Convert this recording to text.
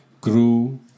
grew